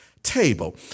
Table